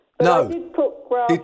No